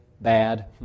bad